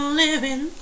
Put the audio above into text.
living